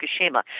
Fukushima